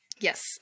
yes